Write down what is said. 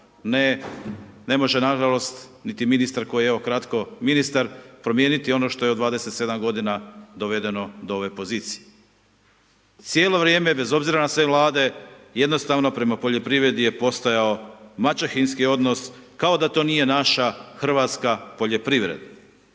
ne može nažalost niti ministar koji je evo kratko ministar, promijeniti ono što je u 27 g. dovedeno do ove pozicije. Cijelo vrijeme bez obzira na sve vlade, jednostavno prema poljoprivredi je postojao maćehinski odnos kao da to nije naša hrvatska poljoprivreda.